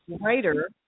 Writer